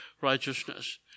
righteousness